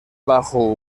bajo